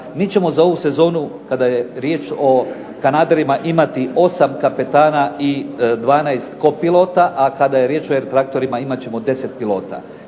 Mi ćemo za ovu sezonu, kada je riječ o kanaderima imati 8 kapetana i 12 kopilota, a kada je riječ o e-traktorima imat ćemo 10 pilota.